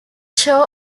show